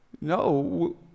No